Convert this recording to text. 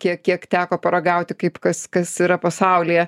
kiek kiek teko paragauti kaip kas kas yra pasaulyje